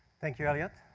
thank you, elliot.